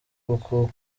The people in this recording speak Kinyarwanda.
koko